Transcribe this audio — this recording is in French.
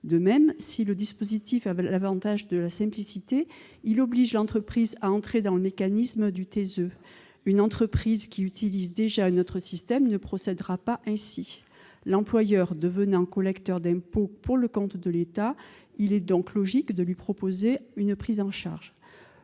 De même, si le dispositif a l'avantage de la simplicité, il oblige l'entreprise à entrer dans le mécanisme du TESE. Une entreprise qui utilise déjà un autre système ne procèdera pas ainsi. L'employeur devenant collecteur d'impôt pour le compte de l'État, il est logique de lui proposer une prise en charge.